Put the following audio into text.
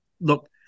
Look